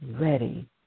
ready